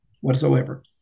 Whatsoever